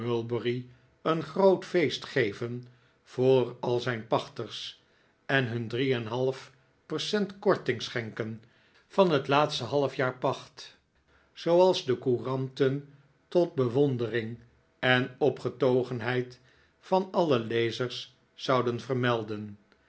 een groot feest geven voor al zijn pachters en hun drie en een half percent korting schenken van het laatste half jaar pacht zooals de couranten tot bewondering en opgetogenheid van alle lezers zouden vermelden